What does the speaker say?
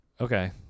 Okay